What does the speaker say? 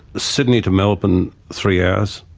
sydney to melbourne, three hours.